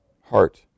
heart